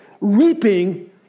reaping